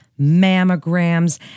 mammograms